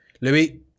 Louis